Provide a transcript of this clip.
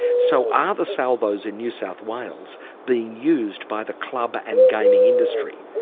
so are the salvos in new south wales being used by the club and gaming industry?